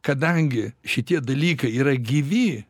kadangi šitie dalykai yra gyvi